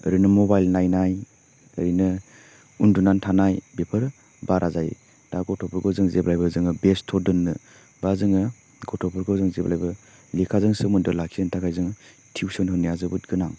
ओरैनो मबाइल नायनाय ओरैनो उन्दुनानै थानाय बेफोर बारा जायो दा गथ'फोरखौ जों जेब्लायबो जोङो बेस्थ' दोननो बा जोङो गथ'फोरखौ जों जेब्लायबो लेखाजों सोमोन्दो लाखिनो थाखाय जोङो टिउसन होनाया जोबोद गोनां